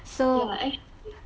yeah actually